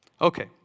Okay